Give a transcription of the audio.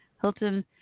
Hilton